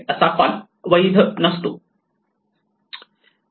append असा call वैध नसतो